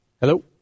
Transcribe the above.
Hello